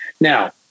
Now